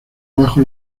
abajo